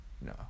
No